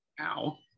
Ow